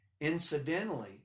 Incidentally